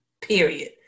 period